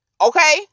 Okay